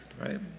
Right